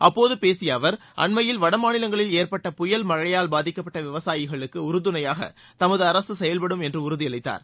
அப்போது பேசிய அவர் அண்மையில் வடமாநிலங்களில் ஏற்பட்ட புயல் மழையால் பாதிக்கப்பட்ட விவசாயிகளுக்கு உறுதுணையாக தமது அரசு செயல்படும் என்று உறுதியளித்தார்